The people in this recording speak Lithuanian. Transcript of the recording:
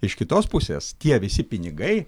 iš kitos pusės tie visi pinigai